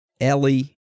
Ellie